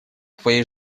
твоей